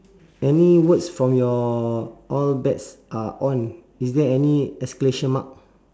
any words from your all bets are on is there any exclamation mark